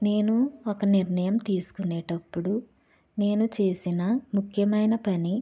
నేను ఒక నిర్ణయం తీసుకునేటప్పుడు నేను చేసిన ముఖ్యమైన పని